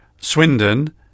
swindon